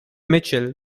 mitchell